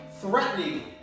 threatening